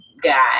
guy